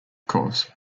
course